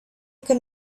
could